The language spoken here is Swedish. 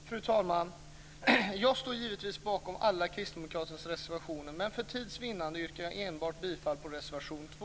Fru talman! Jag står givetvis bakom alla kristdemokraternas reservationer, men för tids vinnande yrkar jag enbart bifall till reservation 2.